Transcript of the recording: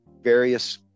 various